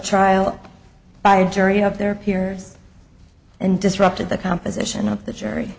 trial by jury of their peers and disrupted the composition of the jury